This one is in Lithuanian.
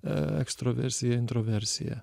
ekstroversija introversija